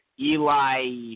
Eli